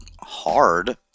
hard